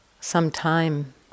sometime